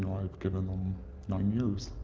have given them nine years.